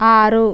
ఆరు